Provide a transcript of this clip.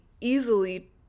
easily